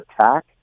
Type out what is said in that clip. attack